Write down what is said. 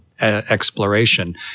exploration